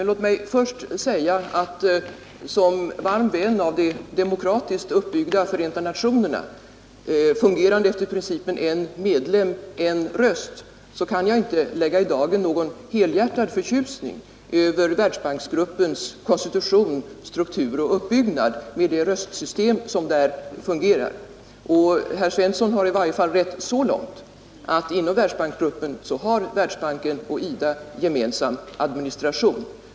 Låt mig först säga att som varm vän av det demokratiskt uppbyggda Förenta nationerna, fungerande efter principen en medlem, en röst, kan jag inte lägga i dagen någon helhjärtad förtjusning över Världsbanksgruppens konstitution, struktur och uppbyggnad med det röstsystem som där praktiseras. Herr Svensson i Malmö har i varje fall rätt så långt att inom Världsbanksgruppen har Världsbanken och IDA gemensam administration.